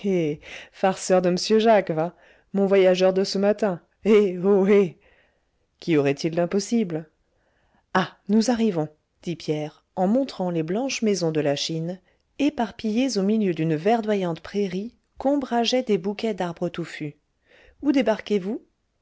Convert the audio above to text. farceur de m'sieur jacques va mon voyageur de ce matin hé ho hé qu'y aurait-il d'impossible ah nous arrivons dit pierre en montrant les blanches maisons de lachine éparpillées au milieu d'une verdoyante prairie qu'ombrageaient dus bouquets d'arbres touffus où débarquez vous